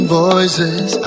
voices